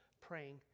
praying